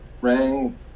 rang